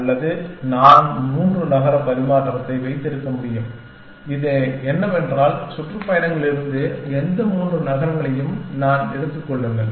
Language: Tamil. அல்லது நான் 3 நகர பரிமாற்றத்தை வைத்திருக்க முடியும் இது என்னவென்றால் சுற்றுப்பயணங்களிலிருந்து எந்த மூன்று நகரங்களையும் எடுத்துக் கொள்ளுங்கள்